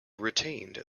retained